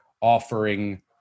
offering –